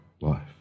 life